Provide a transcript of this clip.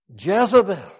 Jezebel